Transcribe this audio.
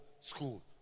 School